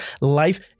life